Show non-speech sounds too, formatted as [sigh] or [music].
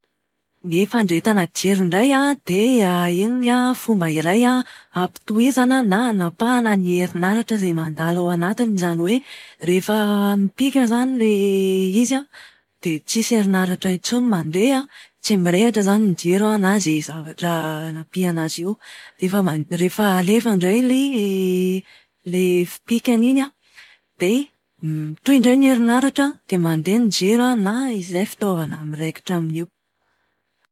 Ny fandrehetana jiro indray an, dia [hesitation] iny an fomba iray an ampitohizana na anapahana ny herinaratra izay mandalo ao anatiny. Izany hoe rehefa [hesitation] mipika izany ilay izy an, dia tsisy herinaratra intsony mandeha. Tsy mirehitra izany ny jiro an, na izay zavatra anapihana azy eo. Rehefa alefa indray ilay [hesitation] ilay fipikany iny an, dia mitohy indray ny herinaratra an, dia mandeha ny jiro an na izay fitaovana miraikitra aminy eo.